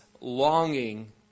longing